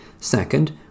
Second